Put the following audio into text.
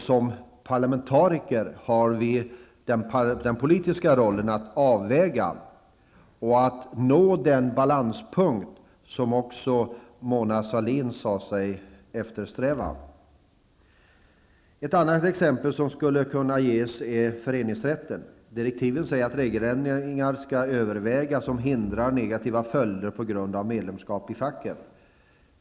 Som parlamentariker har vi den politiska rollen att avväga och nå den balanspunkt som också Mona Sahlin sade sig eftersträva. Ett annat exempel gäller föreningsrätten. I direktiven sägs att regeländringar skall övervägas som hindrar negativa följder på grund av medlemskap i facket.